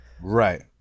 Right